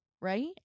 right